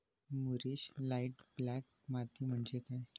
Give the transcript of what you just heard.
मूरिश light black माती म्हणजे काय?